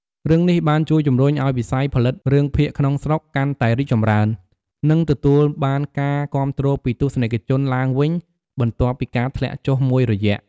រឿងនេះបានជួយជំរុញឱ្យវិស័យផលិតរឿងភាគក្នុងស្រុកកាន់តែរីកចម្រើន និងទទួលបានការគាំទ្រពីទស្សនិកជនឡើងវិញ បន្ទាប់ពីការធ្លាក់ចុះមួយរយៈ។